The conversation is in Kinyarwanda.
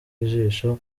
ijisho